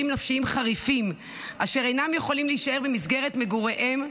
נפשיים חריפים אשר אינם יכולים להישאר במסגרת מגוריהם,